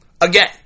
Again